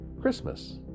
Christmas